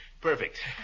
Perfect